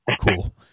cool